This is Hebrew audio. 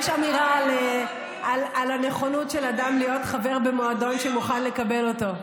יש אמירה על הנכונות של אדם להיות חבר במועדון שמוכן לקבל אותו.